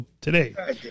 today